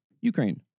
Ukraine